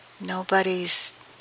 Nobody's